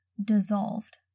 dissolved